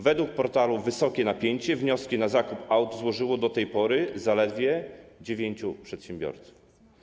Według portalu Wysokie Napięcie wnioski o zakup aut złożyło do tej pory zaledwie dziewięciu przedsiębiorców.